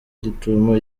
gitumo